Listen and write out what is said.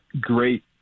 great